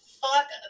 fuck